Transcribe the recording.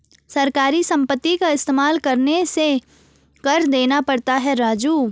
सरकारी संपत्ति का इस्तेमाल करने से कर देना पड़ता है राजू